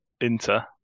Inter